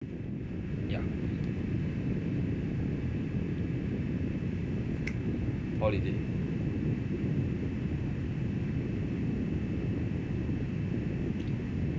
ya holiday